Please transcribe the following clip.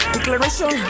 Declaration